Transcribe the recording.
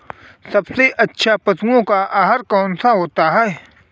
सबसे अच्छा पशुओं का आहार कौन सा होता है?